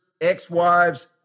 ex-wives